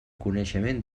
coneixement